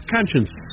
Conscience